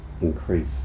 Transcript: Increase